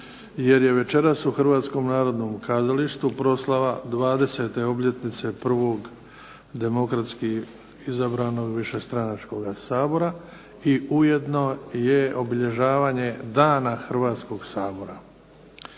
jer je večeras u Hrvatskom narodnom kazalištu proslava 20. obljetnice 1. demokratski izabranog višestranačkoga Sabora i ujedno je obilježavanje Dana Hrvatskog sabora.